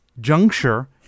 juncture